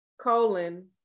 colon